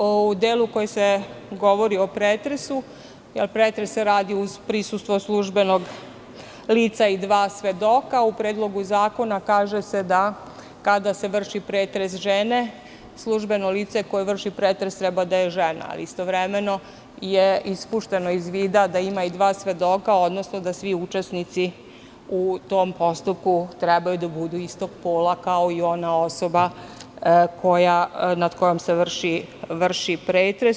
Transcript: U delu u kojem se govori o pretresu, jer pretres se radi uz prisustvo službenog lica i dva svedoka, u Predlogu zakona se kaže da, kada se vrši pretres žene, službeno lice koje vrši pretres treba da je žena, a istovremeno je ispušteno iz vida da ima i dva svedoka, odnosno da svi učesnici u tom postupku treba da budu istog pola kao i ona osoba nad kojom se vrši pretres.